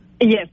yes